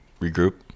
regroup